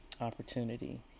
opportunity